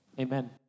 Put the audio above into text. Amen